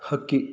ಹಕ್ಕಿ